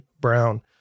Brown